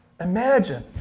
Imagine